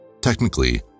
Technically